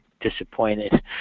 disappointed